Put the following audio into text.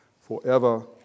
forever